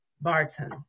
Barton